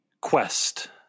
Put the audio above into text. quest